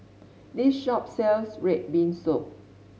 this shop sells red bean soup